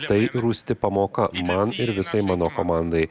tai rūsti pamoka man ir visai mano komandai